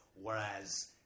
whereas